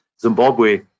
Zimbabwe